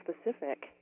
specific